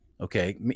Okay